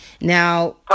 Now